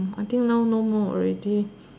I think now no more already